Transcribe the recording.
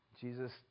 Jesus